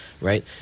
right